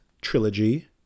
trilogy